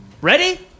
Ready